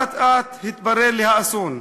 אט-אט התברר לי האסון.